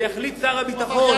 ויחליט שר הביטחון,